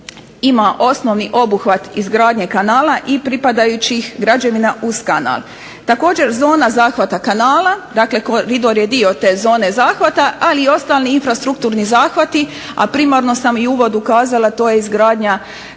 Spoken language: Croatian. ima osnovni obuhvat izgradnje kanala i pripadajućih građevina uz kanal. Također zona zahvata kanala, dakle koridor je dio te zone zahvata, ali i ostali infrastrukturni zahvati, a primarno sam i u uvodu kazala, to je izgradnja kako